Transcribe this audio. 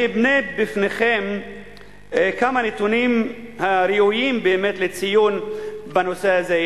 אני אמנה בפניכם כמה נתונים הראויים באמת לציון בנושא הזה.